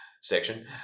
section